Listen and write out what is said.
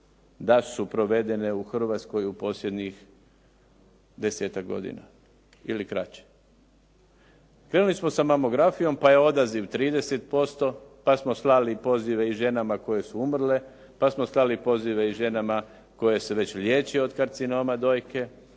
da su provedene u Hrvatskoj u posljednjih 10-tak godina ili kraće. Krenuli smo sa mamografijom, pa je odaziv 30%. Pa smo slali i pozive i ženama koje su umrle, pa smo i slali pozive i ženama koje se već i liječe od karcinoma dojke.